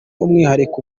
umwihariko